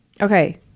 Okay